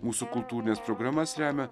mūsų kultūrines programas remia